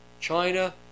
China